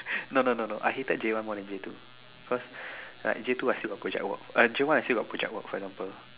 no no no no I hated J one more than J two because like J two I still got project J one I still got project work for example